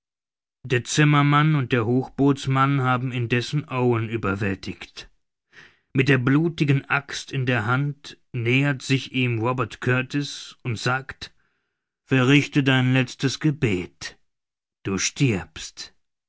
der zimmermann und der hochbootsmann haben indessen owen überwältigt mit der blutigen axt in der hand nähert sich ihm robert kurtis und sagt verrichte dein letztes gebet du stirbst